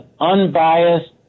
unbiased